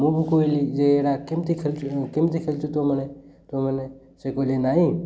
ମୁଁ ବି କହିଲି ଯେ ଏଇଟା କେମିତି ଖେଳୁଛୁ କେମିତି ଖେଳୁଛ ତୁମେମାନେ ତୁମେମାନେ ସେ କହିଲେ ନାହିଁ